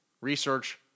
Research